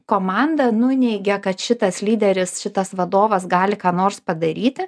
komanda nuneigia kad šitas lyderis šitas vadovas gali ką nors padaryti